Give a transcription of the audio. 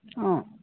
অঁ